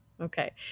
Okay